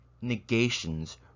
negations